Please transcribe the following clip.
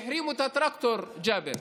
והחרימו את הטרקטור, ג'אבר.